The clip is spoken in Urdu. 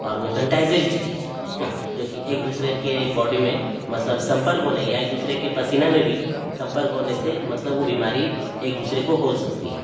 اور وہ کنٹائجیج ڈیجیج ہے جوکہ ایک دوسرے کے باڈی میں مطلب سمپرک ہونے یا ایک دوسرے کے پسینے میں بھی سمپرک ہونے سے مطلب وہ بیماری ایک دوسرے کو ہو سکتی ہے